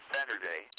Saturday